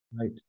Right